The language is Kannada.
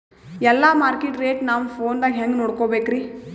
ಎಲ್ಲಾ ಮಾರ್ಕಿಟ ರೇಟ್ ನಮ್ ಫೋನದಾಗ ಹೆಂಗ ನೋಡಕೋಬೇಕ್ರಿ?